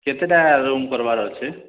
କେତଟା room କର୍ବାର୍ ଅଛି